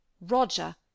Roger